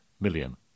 million